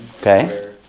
Okay